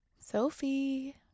Sophie